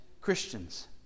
Christians